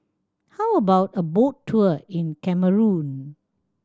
how about a boat tour in Cameroon